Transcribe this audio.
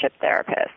therapist